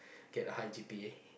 get a high G_P_A